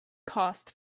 costs